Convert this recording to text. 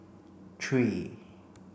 three